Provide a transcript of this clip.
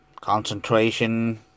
Concentration